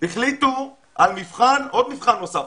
החליטו על עוד מבחן נוסף.